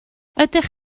ydych